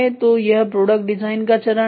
तो यह product design का चरण है